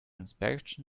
inspection